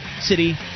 city